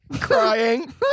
Crying